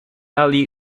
alley